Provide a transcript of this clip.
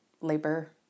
labor